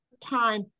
time